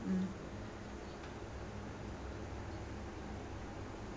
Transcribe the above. mm